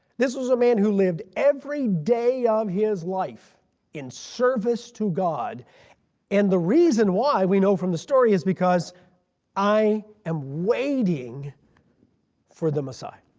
this was a man who lived every day of um his life in service to god and the reason why we know from the story is because i am waiting for the messiah.